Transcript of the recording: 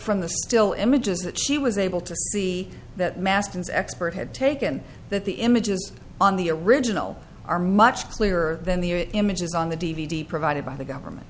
from the still images that she was able to see that masters expert had taken that the images on the original are much clearer than the images on the d v d provided by the government